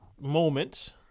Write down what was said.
moment